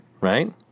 right